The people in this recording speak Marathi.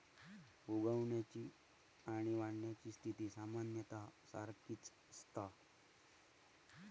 उगवण्याची आणि वाढण्याची स्थिती सामान्यतः सारखीच असता